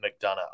McDonough